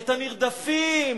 את הנרדפים.